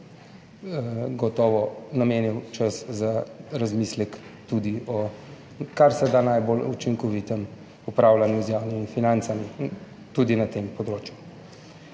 gotovo namenil čas za razmislek tudi, kar se da najbolj učinkovitem upravljanju z javnimi financami tudi na tem področju.